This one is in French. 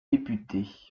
députés